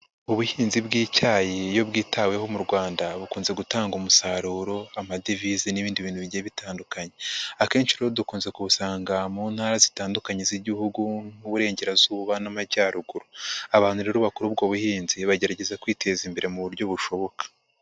Ubuhinzi bw'icyayi iyo bwitaweho mu Rwanda bukunze gutanga umusaruro amadevize n'ibindi bintu bigiye bitandukanye. Akenshi rero dukunze kubusanga mu ntara zitandukanye z'igihugu nk'Uburengerazuba n'Amajyaruguru. Abantu rero bakora ubwo buhinzi bagerageza kwiteza imbere mu buryo bushoboka.